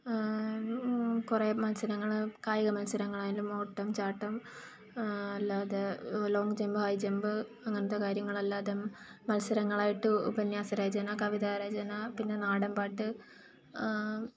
കുറെ മത്സരങ്ങള് കായിക മത്സരങ്ങളായാലും ഓട്ടം ചാട്ടം അല്ലാതെ ലോങ് ജംപ് ഹൈ ജെമ്പ് അങ്ങനത്തെ കാര്യങ്ങളല്ലാതെയും മത്സരങ്ങളായിട്ട് ഉപന്ന്യാസ രചന കവിതാ രചന പിന്നെ നാടമ്പാട്ട്